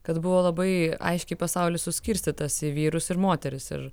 kad buvo labai aiškiai pasaulis suskirstytas į vyrus ir moteris ir